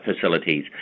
facilities